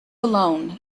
alone